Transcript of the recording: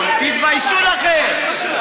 תתביישו לכם.